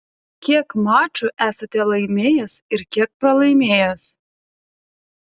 kiek mačų esate laimėjęs ir kiek pralaimėjęs